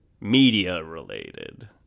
media-related